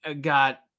got